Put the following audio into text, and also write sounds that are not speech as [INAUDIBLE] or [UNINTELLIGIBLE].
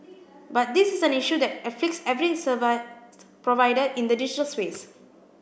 but this is an issue that afflicts every [UNINTELLIGIBLE] provider in the digital space